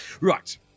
Right